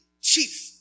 chief